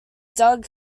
doug